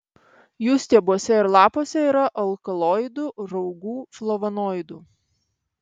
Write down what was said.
jų stiebuose ir lapuose yra alkaloidų raugų flavonoidų